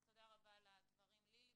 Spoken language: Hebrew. אז תודה רבה על הדברים, לילי.